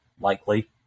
likely